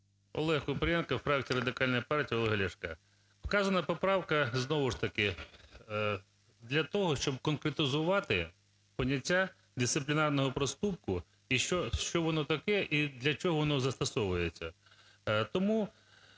ОлегКупрієнко, фракція Радикальної партії Олега Ляшка. Вказана поправка знову ж таки для того, щоб конкретизувати поняття "дисциплінарного проступку" і що воно таке, і для чого воно застосовується.